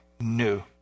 new